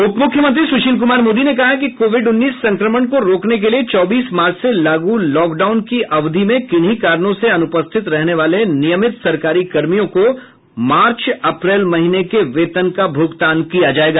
उपमुख्यमंत्री सुशील कुमार मोदी ने कहा है कि कोविड उन्नीस संक्रमण को रोकने के लिए चौबीस मार्च से लागू लॉकडाउन की अवधि में किन्हीं कारणों से अनुपस्थित रहने वाले नियमित सरकारी कर्मियों को मार्च अप्रैल महीने के वेतन का भूगतान किया जायेगा